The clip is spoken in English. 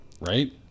Right